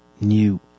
new